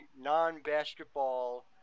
non-basketball